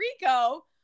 Rico